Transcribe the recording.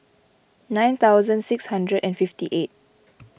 nine thousand six hundred and fifty eight